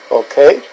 okay